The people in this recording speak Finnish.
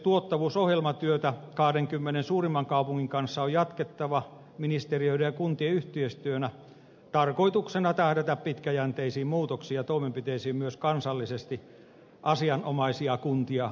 tuottavuusohjelmatyötä kahdenkymmenen suurimman kaupungin kanssa on jatkettava ministeriöiden ja kuntien yhteistyönä tarkoituksena tähdätä pitkäjänteisiin muutoksiin ja toimenpiteisiin myös kansallisesti asianomaisia kuntia laajemmin